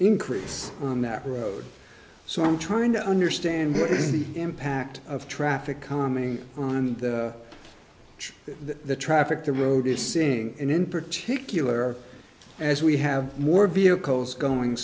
increase on that road so i'm trying to understand what is the impact of traffic coming on the traffic the road is seeing and in particular as we have more vehicles going